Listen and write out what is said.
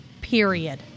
Period